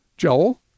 Joel